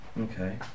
Okay